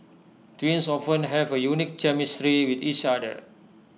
twins often have A unique chemistry with each other